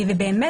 ובאמת,